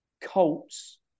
Colts